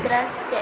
दृश्य